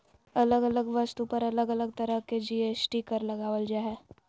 अलग अलग वस्तु पर अलग अलग तरह के जी.एस.टी कर लगावल जा हय